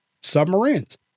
submarines